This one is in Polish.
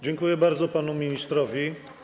Dziękuję bardzo panu ministrowi.